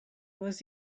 was